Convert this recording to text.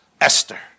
Esther